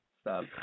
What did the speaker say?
Stop